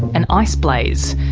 and iceblaze.